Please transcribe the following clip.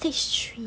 stage three